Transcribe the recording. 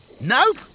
nope